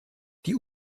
die